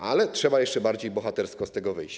Ale trzeba jeszcze bardziej bohatersko z tego wyjść.